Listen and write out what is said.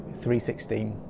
3.16